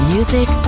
Music